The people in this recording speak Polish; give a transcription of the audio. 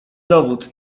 dowód